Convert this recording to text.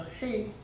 hey